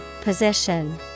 position